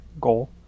goal